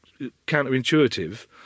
counterintuitive